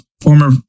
former